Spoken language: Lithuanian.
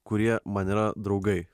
kurie man yra draugai